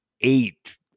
eight